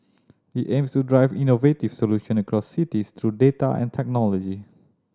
it aims to drive innovative solution across cities through data and technology